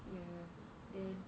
ya then